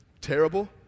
terrible